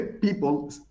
people